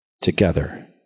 together